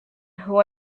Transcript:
who